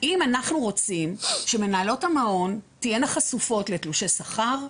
האם אנחנו רוצים שמנהלות המעון תהיינה חשופות לתלושי שכר?